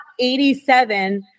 87